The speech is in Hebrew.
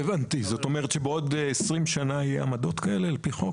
זאת אומרת שבעוד 20 שנה יהיו עמדות כאלה על פי חוק?